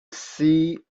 see